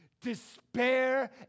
despair